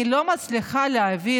אני לא מצליחה להבין.